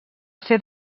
ser